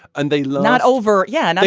and they lot over. yeah. and and